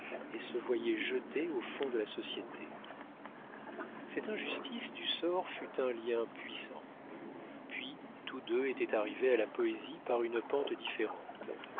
et se voyaient jetés au fond de la société cette injustice du sort fut un lien puissant puis tous deux étaient arrivés à la poésie par une pente différente